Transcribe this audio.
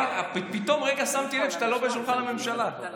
פתאום שמתי לב שאתה לא בשולחן הממשלה.